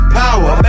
power